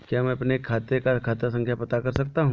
क्या मैं अपने खाते का खाता संख्या पता कर सकता हूँ?